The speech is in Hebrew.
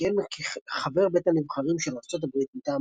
שכיהן כחבר בית הנבחרים של ארצות הברית מטעם